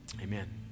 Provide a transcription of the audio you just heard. Amen